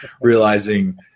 realizing